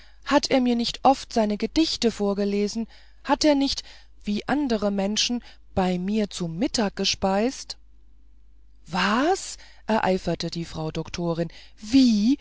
hat er mir nicht oft seine gedichte vorgelesen hat er nicht wie ein anderer mensch bei mir zu mittag gespeist was eiferte die frau doktorin wie